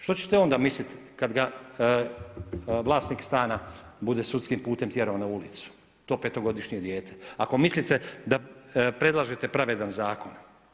Što ćete onda misliti kad ga vlasnik stana bude sudskim putem tjerao na ulicu to petogodišnje dijete ako mislite da predlažete pravedan zakon.